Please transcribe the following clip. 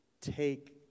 take